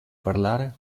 parlare